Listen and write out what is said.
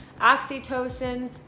oxytocin